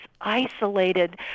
isolated